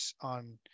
on